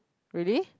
really